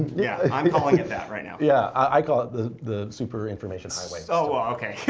yeah. i'm calling it that right now. yeah. i call it the the super information highway. oh, well, ok.